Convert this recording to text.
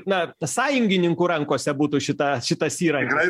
na sąjungininkų rankose būtų šita šitas įrankis